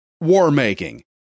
war-making